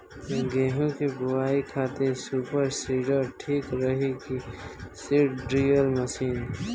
गेहूँ की बोआई खातिर सुपर सीडर ठीक रही की सीड ड्रिल मशीन?